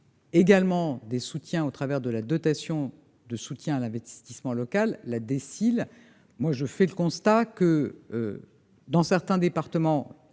et des soutiens au travers de la dotation de soutien à l'investissement local, la DSIL. Je fais le constat que, dans certains départements,